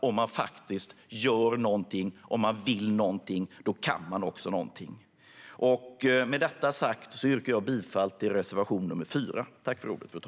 Om man faktiskt gör något och vill något kan man också något. Med detta yrkar jag bifall till reservation 4.